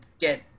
get